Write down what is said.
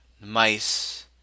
mice